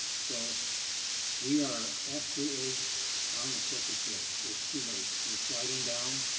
so we are absolutely on the slippery slope. it's too late. we're sliding down,